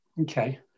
okay